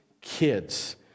kids